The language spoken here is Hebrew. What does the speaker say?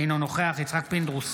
אינו נוכח יצחק פינדרוס,